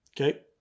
Okay